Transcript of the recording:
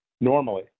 normally